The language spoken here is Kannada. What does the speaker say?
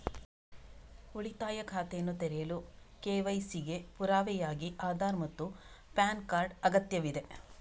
ಉಳಿತಾಯ ಖಾತೆಯನ್ನು ತೆರೆಯಲು ಕೆ.ವೈ.ಸಿ ಗೆ ಪುರಾವೆಯಾಗಿ ಆಧಾರ್ ಮತ್ತು ಪ್ಯಾನ್ ಕಾರ್ಡ್ ಅಗತ್ಯವಿದೆ